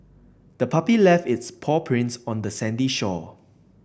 the puppy left its paw prints on the sandy shore